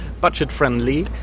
Budget-friendly